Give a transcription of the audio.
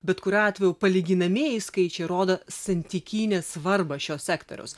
bet kuriuo atveju palyginamieji skaičiai rodo santykinę svarbą šio sektoriaus